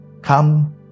come